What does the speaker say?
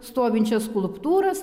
stovinčias skulptūras